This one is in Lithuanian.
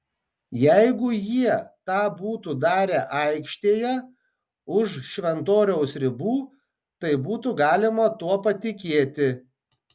jeigu jie tą būtų darę aikštėje už šventoriaus ribų tai būtų galima tuo patikėti